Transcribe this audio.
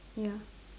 ya